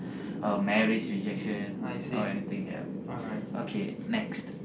uh marriage rejection or anything yup okay next